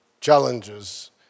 challenges